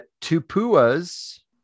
Tupua's